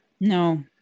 No